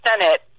Senate